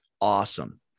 Awesome